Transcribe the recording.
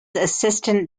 assistant